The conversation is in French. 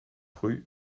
rue